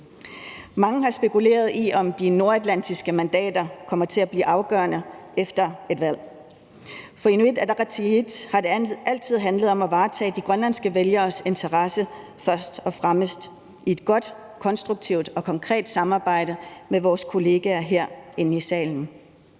Mange har spekuleret i, om de nordatlantiske mandater kommer til at blive afgørende efter et valg. For Inuit Ataqatigiit har det altid handlet om først og fremmest at varetage de grønlandske vælgeres interesse i et godt, konkret og konstruktivt samarbejde med vores kolleger herinde i salen.